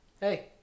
Hey